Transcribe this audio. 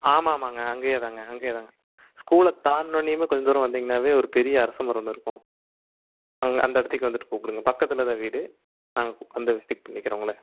ஆமாம் ஆமாங்க அங்கேயே தாங்க அங்கேயே தாங்க ஸ்கூலை தாண்டுனவுன்னையுமே கொஞ்ச தூரம் வந்தீங்கன்னாவே ஒரு பெரிய அரசமரம் ஒன்று இருக்கும் அங்கே அந்த இடத்துக்கு வந்துட்டு கூப்பிடுங்க பக்கத்தில்தான் வீடு நாங்கள் வந்து விசிட் பண்ணிக்கிறேன் உங்களை